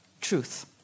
truth